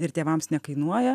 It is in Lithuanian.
ir tėvams nekainuoja